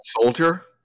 Soldier